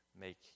make